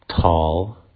tall